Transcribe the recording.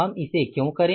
हम इसे क्यों करें